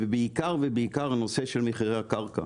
ובעיקר הנושא של מחירי הקרקע.